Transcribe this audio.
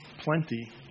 plenty